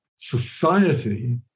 society